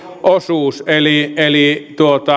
osuus eli eli